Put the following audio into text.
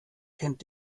kennt